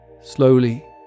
slowly